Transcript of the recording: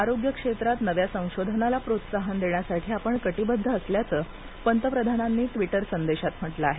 आरोग्य क्षेत्रात नव्या संशोधनाला प्रोत्साहन देण्यासाठी आपण कटिबद्ध असल्याच पंतप्रधानांनी ट्विटर संदेशात म्हटलं आहे